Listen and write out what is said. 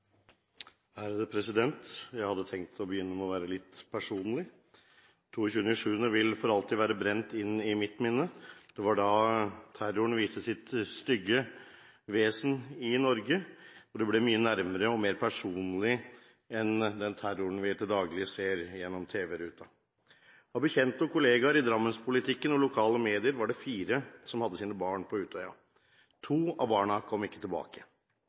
tenkt å begynne med å være litt personlig. 22. juli vil for alltid være brent inn i mitt minne. Det var da terroren viste sitt stygge vesen i Norge, og det ble mye nærmere og mer personlig enn den terroren vi til daglig ser gjennom tv-ruta. Av bekjente og kolleger i drammenspolitikken og i lokale medier var det fire som hadde sine barn på Utøya. To av barna kom ikke tilbake.